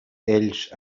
ells